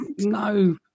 No